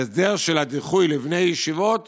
שההסדר של הדיחוי לבני הישיבות